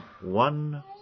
one